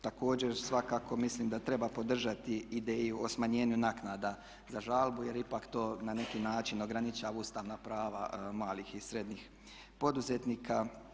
Također, svakako mislim da treba podržati ideju o smanjenju naknada za žalbu jer ipak to na neki način ograničava ustavna prava malih i srednjih poduzetnika.